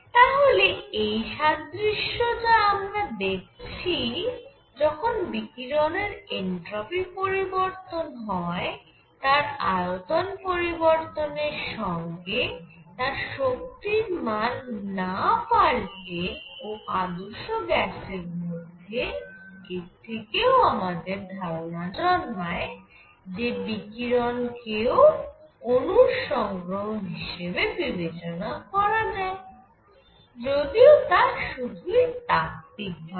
তাহলে এই সাদৃশ্য যা আমরা দেখছি যখন বিকিরণের এনট্রপি পরিবর্তন হয় তার আয়তন পরিবর্তনের সঙ্গে তার শক্তির মান না পাল্টে ও আদর্শ গ্যাসের মধ্যে এর থেকে আমাদের ধারণা জন্মায় যে বিকিরণ কেও অণুর সংগ্রহ হিসেবে বিবেচনা করা যায় যদিও তা সুধুই তাত্ত্বিক ভাবে